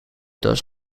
does